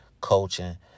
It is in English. coaching